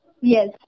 Yes